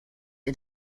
ihr